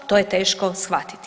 To je teško shvatiti.